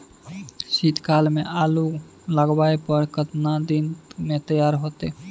शीत काल में आलू लगाबय पर केतना दीन में तैयार होतै?